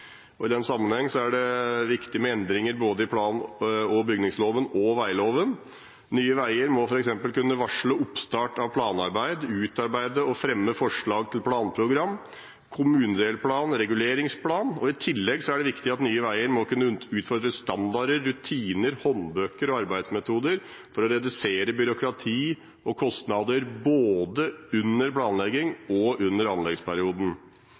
I den sammenheng er det viktig med endringer både i plan- og bygningsloven og vegloven. Nye Veier må f.eks. kunne varsle oppstart av planarbeid, utarbeide og fremme forslag til planprogram, kommunedelplan og reguleringsplan. I tillegg er det viktig at Nye Veier må kunne utfordre standarder, rutiner, håndbøker og arbeidsmetoder for å redusere byråkrati og kostnader både under planlegging og under anleggsperioden.